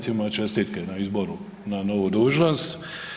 čestitke na izboru na novu dužnost.